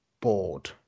bored